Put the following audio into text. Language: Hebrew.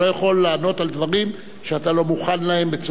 אתה לא יכול לענות על דברים שאתה לא מוכן להם,